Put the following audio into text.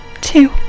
two